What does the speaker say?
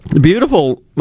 Beautiful